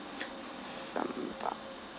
sambal